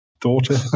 daughter